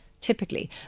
typically